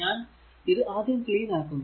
ഞാൻ ഇത് ആദ്യം ക്ലീൻ ആക്കുന്നു